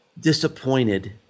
disappointed